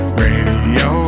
radio